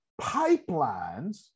pipelines